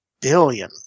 billion